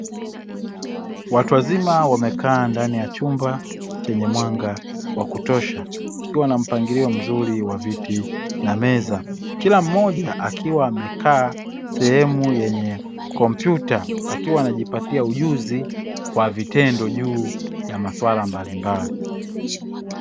Watu wazima wamekaa ndani ya chumba chenye mwanga wa kutosha, kikiwa na mpangilio mzuri wa viti na meza. Kila mmoja akiwa amekaa sehemu yenye kompyuta, akiwa anajipatia ujuzi wa vitendo juu ya masuala mbalimbali.